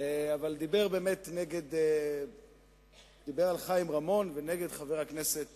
דיבר על חבר הכנסת